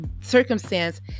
circumstance